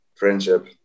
friendship